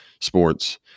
sports